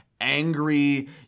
angry